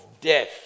death